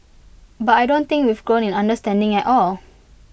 but I don't think we've grown in understanding at all